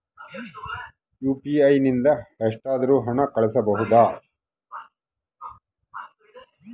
UPI ನಿಂದ ಎಷ್ಟಾದರೂ ಹಣ ಕಳಿಸಬಹುದಾ?